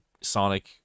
Sonic